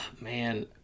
Man